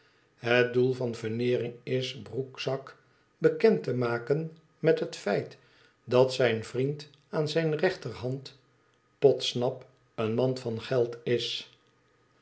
het doel van veneering is broekzak bekend te maken met het feit dat zijn vriend aan zijne rechterhand podsnap een man van geld is